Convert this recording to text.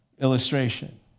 illustration